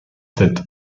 sept